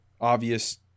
obvious